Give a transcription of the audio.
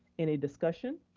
any discussion?